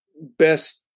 best